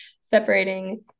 separating